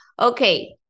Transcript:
okay